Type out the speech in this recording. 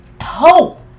Hope